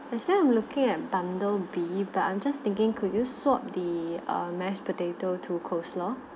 I feel I'm looking at bundle B but I'm just thinking could you swap the err mash potato to coleslaw